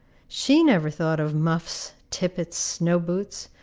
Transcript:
she never thought of muffs, tippets, snow-boots,